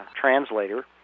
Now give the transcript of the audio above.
translator